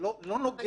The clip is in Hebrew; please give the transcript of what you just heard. זה לא נוגד